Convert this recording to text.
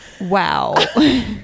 Wow